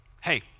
hey